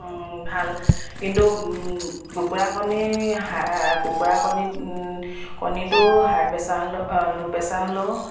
ভাল কিন্তু কুকুৰা কণী কুকুৰা কণীত কণীটো হাই প্ৰেছাৰ হ'লেও ল' প্ৰেছাৰ হ'লেও